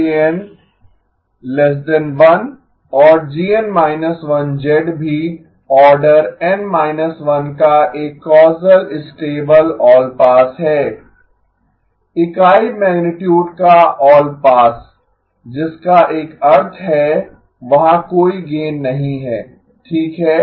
1 और GN −1 भी order N 1 का एक कौसल स्टेबल आल पास है इकाई मैगनीटुड का आल पास जिसका एक अर्थ है वहाँ कोई गेन नहीं है ठीक है